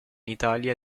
italia